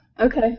Okay